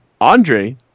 Andre